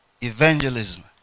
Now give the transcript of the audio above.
evangelism